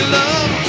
love